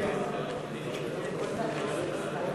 ברכות.